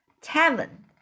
tavern